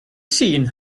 seen